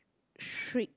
strict